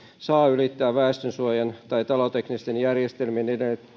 saa ylittää väestönsuojan tai taloteknisten järjestelmien